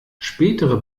spätere